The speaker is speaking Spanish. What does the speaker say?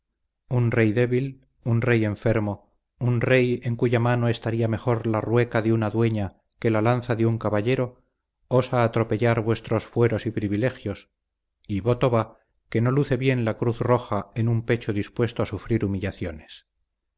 un rey débil un rey enfermo un rey en cuya mano estaría mejor la rueca de una dueña que la lanza de un caballero osa atropellar vuestros fueros y privilegios y voto va que no luce bien la cruz roja en un pecho dispuesto a sufrir humillaciones